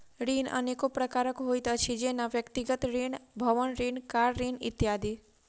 ऋण अनेको प्रकारक होइत अछि, जेना व्यक्तिगत ऋण, भवन ऋण, कार ऋण इत्यादि